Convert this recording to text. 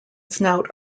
snout